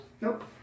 Nope